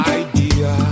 idea